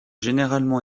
généralement